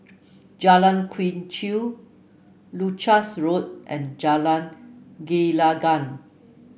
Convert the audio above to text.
Jalan Quee Chew Leuchars Road and Jalan Gelenggang